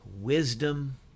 wisdom